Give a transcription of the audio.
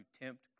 tempt